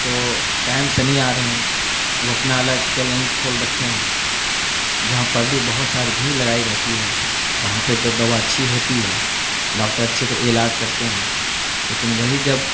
تو ٹائم سے نہیں آ رہے ہیں وہ اپنا الگ کلینک کھول رکھے ہیں جہاں پبلک بہت ساری بھیڑ لگائی رہتی ہے وہاں پہ تو دوا اچھی ہوتی ہے ڈاکٹر اچھی طرح علاج کرتے ہیں لیکن وہی جب